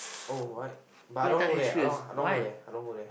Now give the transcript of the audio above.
oh what but I don't want go there I don't want I don't want go there I don't go there